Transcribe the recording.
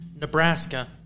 Nebraska